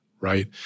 right